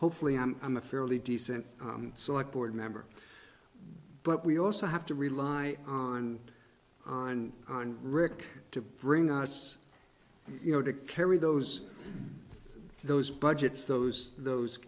hopefully i'm i'm a fairly decent select board member but we also have to rely on on on rick to bring us you know to carry those those budgets those those